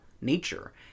nature